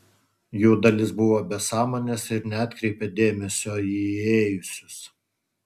jų dalis buvo be sąmonės ir neatkreipė dėmesio į įėjusius